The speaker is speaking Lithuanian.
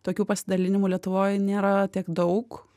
tokių pasidalinimų lietuvoj nėra tiek daug